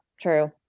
true